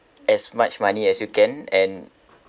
as much money as you can and